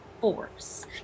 force